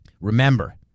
remember